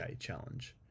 challenge